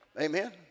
Amen